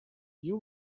you